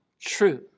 true